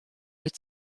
wyt